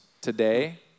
today